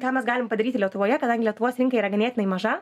ką mes galim padaryti lietuvoje kadangi lietuvos rinka yra ganėtinai maža